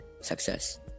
success